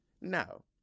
No